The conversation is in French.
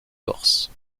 corse